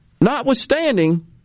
notwithstanding